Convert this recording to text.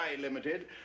Limited